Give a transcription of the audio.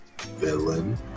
villain